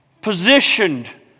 positioned